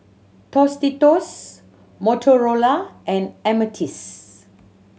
Tostitos Motorola and Ameltz